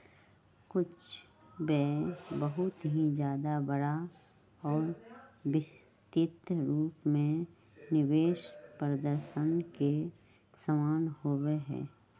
कुछ व्यय बहुत ही ज्यादा बड़ा और विस्तृत रूप में निवेश प्रदर्शन के समान होबा हई